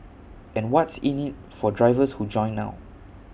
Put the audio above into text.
and what's in IT for drivers who join now